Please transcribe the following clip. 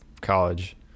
college